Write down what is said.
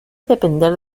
depender